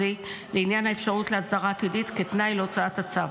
לעניין האפשרות להסדרה עתידית כתנאי להוצאת הצו.